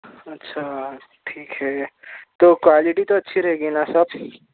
اچھا ٹھیک ہے تو کوالٹی تو اچھی رہے گی نہ سر